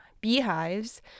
beehives